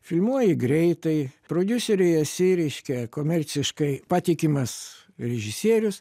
filmuoji greitai prodiuseriui esi reiškia komerciškai patikimas režisierius